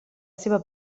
seva